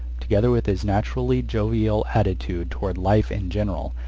together with his naturally jovial attitude toward life in general,